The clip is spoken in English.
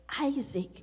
Isaac